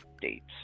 dates